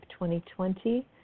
2020